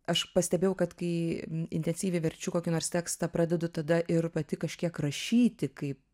aš pastebėjau kad kai intensyviai verčiu kokį nors tekstą pradedu tada ir pati kažkiek rašyti kaip